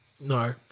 no